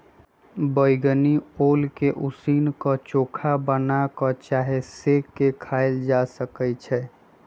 बइगनी ओल के उसीन क, चोखा बना कऽ चाहे सेंक के खायल जा सकइ छै